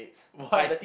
why